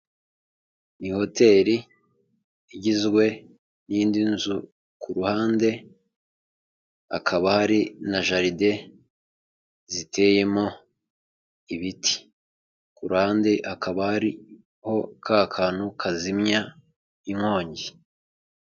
Iyi hotetri igizwe n'indi nzu ku ruhande hakaba hari na jaride ziteyemo ibiti, ku ruhande hakaba hari ka kantu kazizimya inkongi.